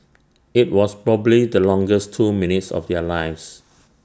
IT was probably the longest two minutes of their lives